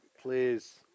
Please